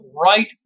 right